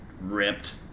Ripped